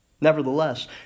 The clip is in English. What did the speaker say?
Nevertheless